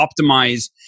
optimize